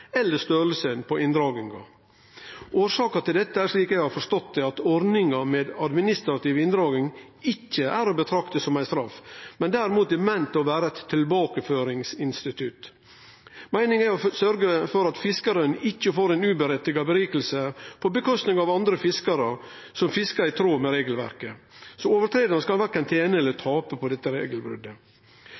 eller storleiken på inndraginga. Årsaka til dette er, slik eg har forstått det, at ordninga med administrativ inndraging ikkje er å betrakte som ei straff, men derimot er meint å vere eit tilbakeføringsinstitutt. Meininga er å sørgje for at fiskaren ikkje kan gjere seg rik på kostnad av fiskarar som fiskar i tråd med regelverket. Den som bryt regelverket, skal verken tene eller tape på